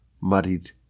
muddied